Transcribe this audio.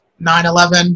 9-11